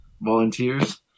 volunteers